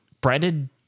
breaded